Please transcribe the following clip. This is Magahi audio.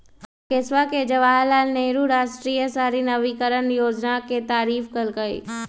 राकेशवा ने जवाहर लाल नेहरू राष्ट्रीय शहरी नवीकरण योजना के तारीफ कईलय